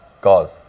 cause